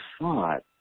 thought